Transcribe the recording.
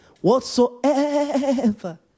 Whatsoever